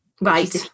Right